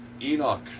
Enoch